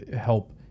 help